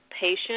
patient